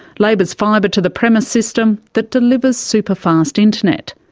labor's fibre to the premise system that delivers super-fast internet.